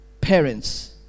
Parents